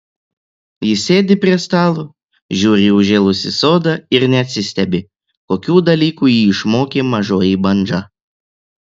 jis sėdi prie stalo žiūri į užžėlusį sodą ir neatsistebi kokių dalykų jį išmokė mažoji bandža